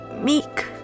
meek